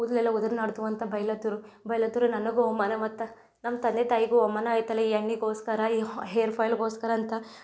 ಕೂದಲೆಲ್ಲ ಉದುರ್ನಾಟ್ತುವ್ ಅಂತ ಬೈಲತ್ತುರು ಬೈಲತ್ರು ನನಗೂ ಅವಮಾನ ಮತ್ತು ನಮ್ಮ ತಂದೆ ತಾಯಿಗೂ ಅವಮಾನ ಆಯಿತಲ್ಲ ಈ ಎಣ್ಣೆಗೋಸ್ಕರ ಈ ಹಾ ಹೇರ್ಫಾಯ್ಲ್ಗೋಸ್ಕರ ಅಂತ